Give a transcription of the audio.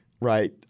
right